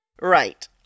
Right